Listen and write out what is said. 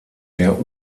der